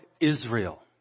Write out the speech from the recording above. Israel